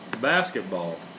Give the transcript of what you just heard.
basketball